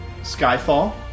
Skyfall